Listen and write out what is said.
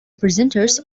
presenters